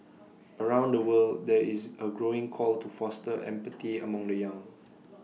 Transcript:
around the world there is A growing call to foster empathy among the young